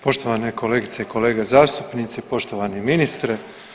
Poštovane kolegice i kolege zastupnici, poštovani ministre.